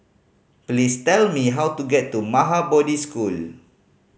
please tell me how to get to Maha Bodhi School